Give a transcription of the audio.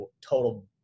total